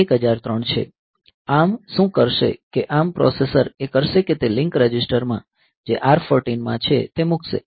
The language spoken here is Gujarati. ARM શું કરશે કે ARM પ્રોસેસર એ કરશે કે તે લિંક રજિસ્ટરમાં જે R 14 માં છે તે મૂકશે